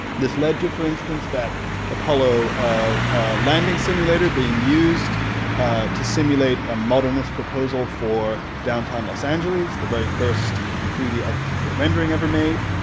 this lead to, for instance, that apollo ah landing simulator being used to simulate a modernist proposal for downtown los angeles, the very first three d architectural rending ever made,